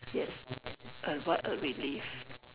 yes a what a relief